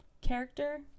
character